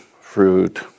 fruit